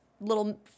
little